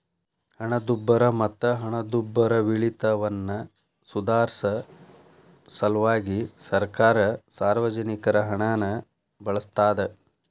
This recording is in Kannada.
ಹಣದುಬ್ಬರ ಮತ್ತ ಹಣದುಬ್ಬರವಿಳಿತವನ್ನ ಸುಧಾರ್ಸ ಸಲ್ವಾಗಿ ಸರ್ಕಾರ ಸಾರ್ವಜನಿಕರ ಹಣನ ಬಳಸ್ತಾದ